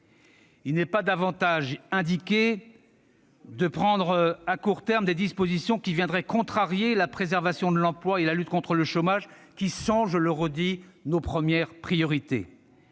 Il n'est pas davantage indiqué de prendre à court terme des dispositions qui viendraient contrarier la préservation de l'emploi et la lutte contre le chômage, qui sont- je le redis -les premières de nos priorités.